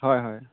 হয় হয়